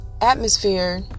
atmosphere